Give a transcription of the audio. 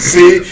See